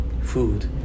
food